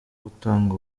gutanga